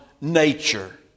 nature